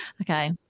Okay